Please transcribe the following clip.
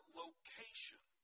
location